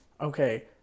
Okay